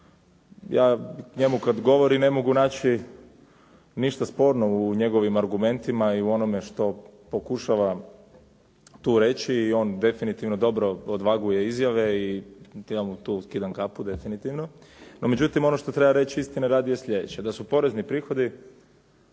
ja njemu kad govori ne mogu naći ništa sporno u njegovim argumentima i u onome što pokušava tu reći i on definitivno odvaguje izjave i ja mu tu skidam kapu definitivno. No međutim, ono što treba reći istine radi je sljedeće, da su porezni prihodi